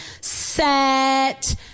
Set